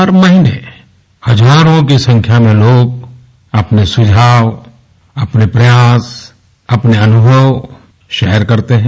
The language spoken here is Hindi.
हर महीने हजारों की संख्या में लोग अपने सुझाव अपने प्रयास अपने अनुभव शेयर करते हैं